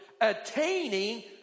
Attaining